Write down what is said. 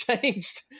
changed